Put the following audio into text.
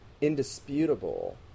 indisputable